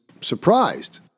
surprised